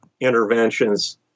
interventions